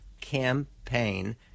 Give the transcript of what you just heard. campaign